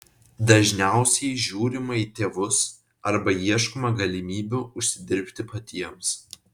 dažniausiai žiūrima į tėvus arba ieškoma galimybių užsidirbti patiems